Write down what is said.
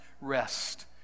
rest